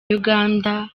uganda